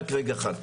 רק רגע אחד.